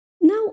Now